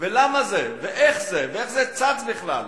ולמה זה ואיך זה ואיך זה צץ בכלל.